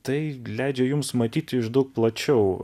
tai leidžia jums matyti iš daug plačiau